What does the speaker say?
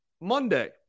Monday